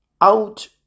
out